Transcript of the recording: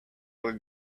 were